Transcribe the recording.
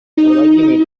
проводимые